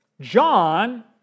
John